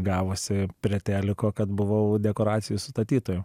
gavosi prie teliko kad buvau dekoracijų sustatytoju